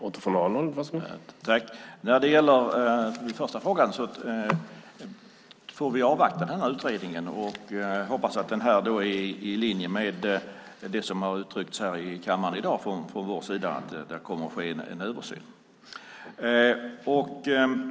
Herr talman! När det gäller den första frågan får vi avvakta denna utredning och hoppas att den då är i linje med det som har uttryckts i kammaren i dag från vår sida, att det kommer att ske en översyn.